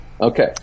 Okay